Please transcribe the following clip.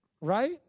Right